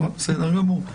בסדר גמור.